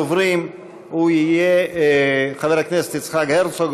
ראשון הדוברים יהיה חבר הכנסת יצחק הרצוג,